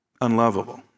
unlovable